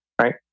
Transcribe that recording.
right